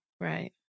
Right